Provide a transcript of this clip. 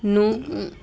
ਨੂੰ